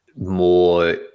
more